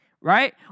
right